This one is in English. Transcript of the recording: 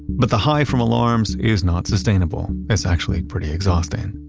but the high from alarms is not sustainable. it's actually pretty exhausting.